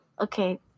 Okay